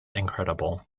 incredible